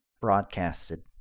broadcasted